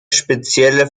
spezielle